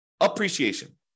appreciation